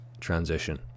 transition